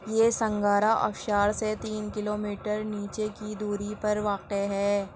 یہ سنگارا ابشار سے تین کلو میٹر نیچے کی دوری پر واقع ہے